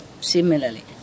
similarly